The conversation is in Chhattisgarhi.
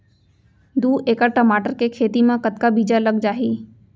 दू एकड़ टमाटर के खेती मा कतका बीजा लग जाही?